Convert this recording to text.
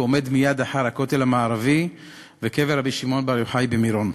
הוא עומד מייד אחרי הכותל המערבי וקבר רבי שמעון בר יוחאי במירון.